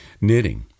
Knitting